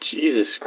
Jesus